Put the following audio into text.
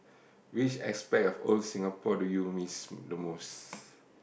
which aspect of old Singapore do you miss the most